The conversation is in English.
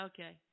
Okay